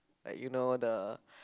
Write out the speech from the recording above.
like you know the